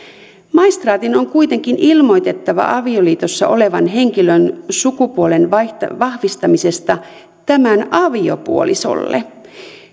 maistraatin on kuitenkin ilmoitettava avioliitossa olevan henkilön sukupuolen vahvistamisesta tämän aviopuolisolle